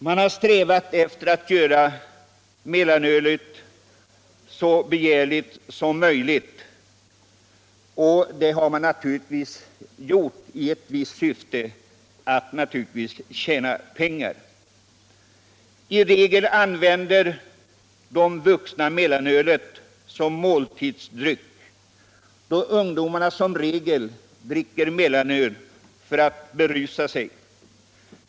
Man har strävat efter att göra mellanölet så begärligt som möjligt, och detta har man naturligtvis gjort i ett visst syfte: att tjäna pengar. I regel använder de vuxna mellanölet som måltidsdryck, medan ungdomarna oftast dricker mellanöl för att berusa sig.